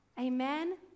amen